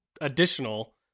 additional